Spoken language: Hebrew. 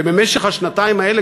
ובמשך השנתיים האלה,